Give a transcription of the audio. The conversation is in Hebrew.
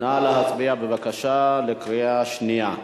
נא להצביע בקריאה שנייה.